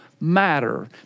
matter